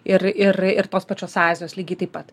ir ir ir tos pačios azijos lygiai taip pat